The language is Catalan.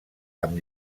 amb